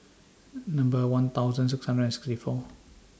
Number one thousand six hundred and sixty four